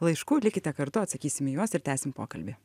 laiškų likite kartu atsakysim į juos ir tęsim pokalbį